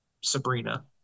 Sabrina